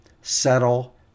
settle